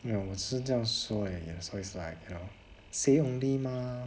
you know 我只是这样说而已 so is like you know say only mah